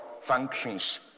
functions